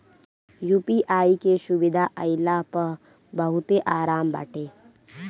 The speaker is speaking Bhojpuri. यू.पी.आई के सुविधा आईला पअ बहुते आराम बाटे